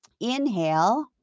Inhale